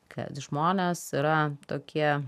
kad žmonės yra tokie